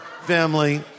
family